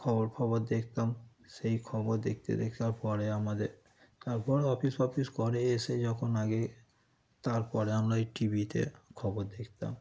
খবর ফবর দেখতাম সেই খবর দেখতে দেখার পরে আমাদের তারপর অফিস ফপিস করে এসে যখন আগে তার পরে আমরা এই টি ভিতে খবর দেখতাম